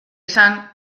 izan